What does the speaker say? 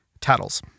tattles